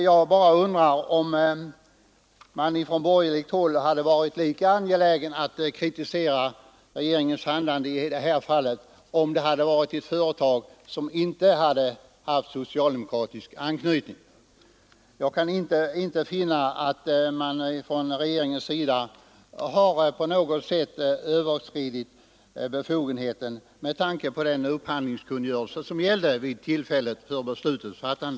Jag bara undrar om man från borgerligt håll hade varit lika angelägna att kritisera regeringens handlande i det här fallet om det varit ett företag som inte haft socialdemokratisk anknytning. Jag kan inte finna att regeringen på något sätt har överskridit sina befogenheter med tanke på den upphandlingskungörelse som gällde vid tillfället för beslutets fattande.